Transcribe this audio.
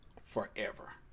forever